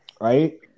right